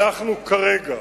אנחנו כרגע,